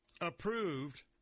approved